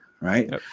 right